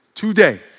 Today